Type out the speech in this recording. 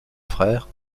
frère